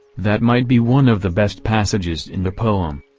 that might be one of the best passages in the poem.